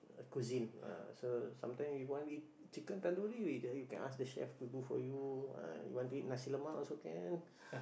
cuisine so sometime you want eat chicken tandoori you can ask the chef to do for you you want to eat Nasi-Lemak also can